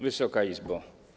Wysoka Izbo!